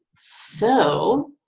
so